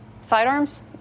sidearms